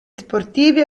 sportivi